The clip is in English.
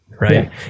right